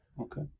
Okay